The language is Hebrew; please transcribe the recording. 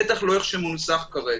בטח לא איך שהוא מנוסח כרגע.